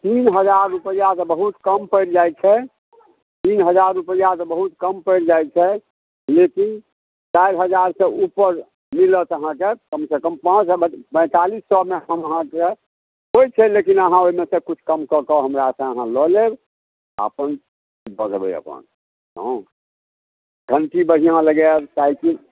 तीन हजार रुपैआ तऽ बहुत कम पड़ि जाइ छै तीन हजार रुपैआ तऽ बहुत कम पड़ि जाइ छै लेकिन चारि हजारसँ उपर मिलत अहाँके कम सँ कम पैतालीस सएमे हम अहाँके होइ छै लेकिन हम अहाँके होइ छै लेकिन अहाँ ओइमे सँ किछु कम कऽ कऽ हमरासँ अहाँ लए लेब आओर अपन कऽ लेबै अपन बुझलहुँ घण्टी बढ़िआँ लगायब साईकिल